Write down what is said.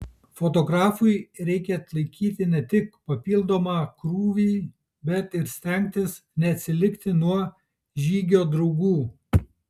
fotografui reikia atlaikyti ne tik papildomą krūvį bet ir stengtis neatsilikti nuo žygio draugų